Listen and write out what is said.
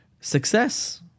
Success